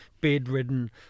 bedridden